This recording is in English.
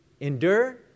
endure